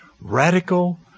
radical